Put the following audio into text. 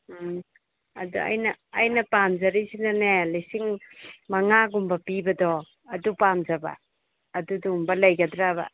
ꯎꯝ ꯑꯗ ꯑꯩꯅ ꯑꯩꯅ ꯄꯥꯝꯖꯔꯤꯁꯤꯅꯅꯦ ꯂꯤꯁꯤꯡ ꯃꯉꯥꯒꯨꯝꯕ ꯄꯤꯕꯗꯣ ꯑꯗꯨ ꯄꯥꯝꯖꯕ ꯑꯗꯨꯒꯨꯝꯕ ꯂꯩꯒꯗ꯭ꯔꯕ